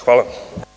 Hvala.